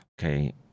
Okay